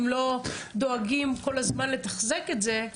אם לא דואגים כל הזמן לתחזק את זה,